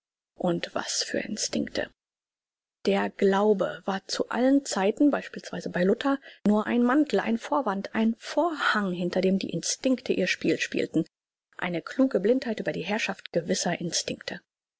und was für instinkte der glaube war zu allen zeiten beispielsweise bei luther nur ein mantel ein vorwand ein vorhang hinter dem die instinkte ihr spiel spielten eine kluge blindheit über die herrschaft gewisser instinkte